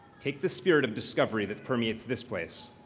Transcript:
take the spirit of discovery that permeates this place,